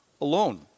alone